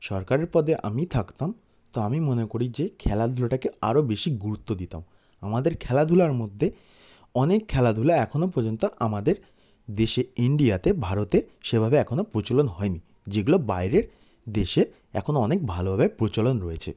সরকারের পদে আমি থাকতাম তো আমি মনে করি যে খেলাধূলাটাকে আরও বেশি গুরুত্ব দিতাম আমাদের খেলাধূলার মধ্যে অনেক খেলাধূলা এখনও পর্যন্ত আমাদের দেশে ইন্ডিয়াতে ভারতে সেভাবে এখনও প্রচলন হয়নি যেগুলো বাইরের দেশে এখনও অনেক ভালোভাবে প্রচলন রয়েছে